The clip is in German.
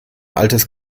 altes